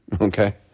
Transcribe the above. okay